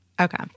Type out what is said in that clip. Okay